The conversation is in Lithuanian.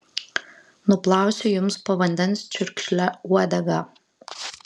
nuplausiu jums po vandens čiurkšle uodegą